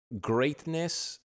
greatness